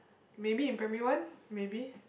maybe in primary one maybe